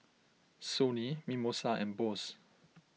Sony Mimosa and Bose